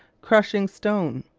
crushing stone.